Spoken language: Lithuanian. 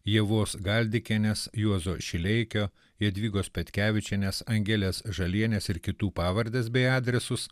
ievos galdikienės juozo šileikio jadvygos petkevičienės angelės žalienės ir kitų pavardes bei adresus